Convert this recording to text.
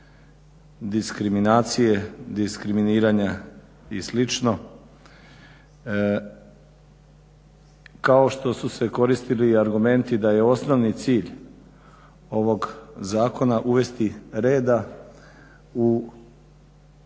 diskriminacije, diskriminiranja i slično, kao što su se koristili argumenti da je osnovni cilj ovog zakona uvesti reda u